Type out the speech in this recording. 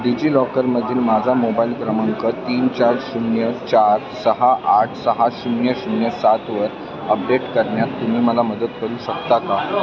digi लॉकरमधील माझा mobile क्रमांक तीन चार शून्य चार सहा आठ सहा शून्य शून्य सातवर अपडेट करण्यात तुम्ही मला मदत करू शकता का